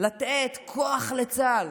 לתת כוח לצה"ל.